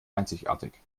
einzigartig